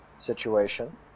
situation